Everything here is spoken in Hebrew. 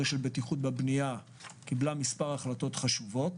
של בטיחות בבניה קבלה מספר החלטות חשובות.